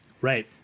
Right